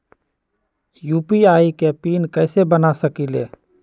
UPI के PIN कैसे बना सकीले?